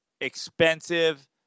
expensive